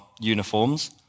uniforms